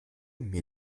mir